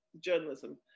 journalism